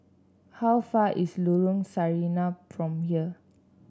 how far away is Lorong Sarina from here